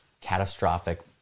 catastrophic